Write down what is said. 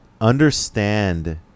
understand